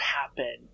happen